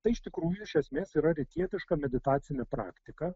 tai iš tikrųjų iš esmės yra rytietiška meditacinė praktika